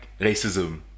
racism